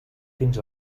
fins